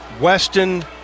Weston